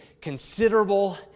considerable